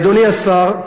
אדוני השר,